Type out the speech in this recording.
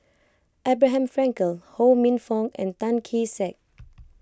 Abraham Frankel Ho Minfong and Tan Kee Sek